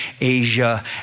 Asia